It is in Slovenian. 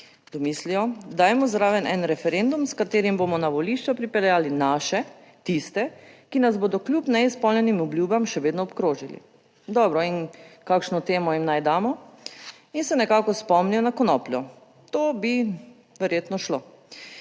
do mislijo, dajmo zraven en referendum s katerim bomo na volišča pripeljali naše, tiste, ki nas bodo kljub neizpolnjenim obljubam še vedno obkrožili. Dobro, in kakšno temo jim naj damo? In se nekako spomnijo na konopljo. To bi verjetno šlo.